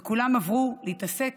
וכולם עברו להתעסק